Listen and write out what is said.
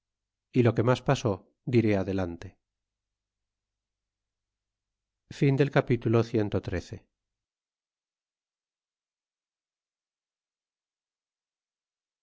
y lo que pasó diré adelante cap